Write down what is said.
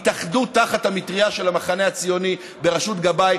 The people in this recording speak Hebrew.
והתאחדו תחת המטרייה של המחנה הציוני בראשות גבאי,